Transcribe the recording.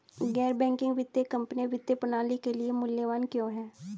गैर बैंकिंग वित्तीय कंपनियाँ वित्तीय प्रणाली के लिए मूल्यवान क्यों हैं?